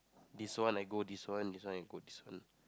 this one I go this one this one I go this one